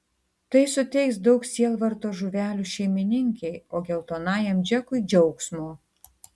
tai suteiks daug sielvarto žuvelių šeimininkei o geltonajam džekui džiaugsmo